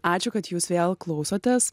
ačiū kad jūs vėl klausotės